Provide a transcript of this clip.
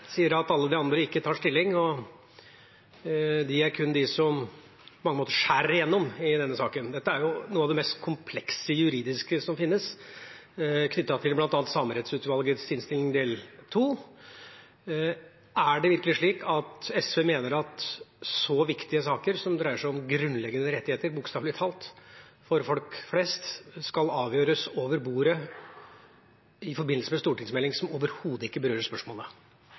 sier at alle de andre ikke tar stilling, og at det kun er de som skjærer igjennom i denne saken. Dette er jo noe av det mest komplekse juridiske som finnes, knyttet til bl.a. innstillinga fra Samerettsutvalget II. Er det virkelig slik at SV mener at så viktige saker for folk flest, som bokstavelig talt dreier seg om grunnleggende rettigheter, skal avgjøres over bordet i forbindelse med en stortingsmelding som overhodet ikke berører spørsmålet?